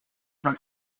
from